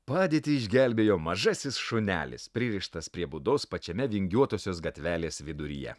padėtį išgelbėjo mažasis šunelis pririštas prie būdos pačiame vingiuotosios gatvelės viduryje